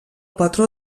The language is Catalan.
patró